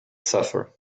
suffer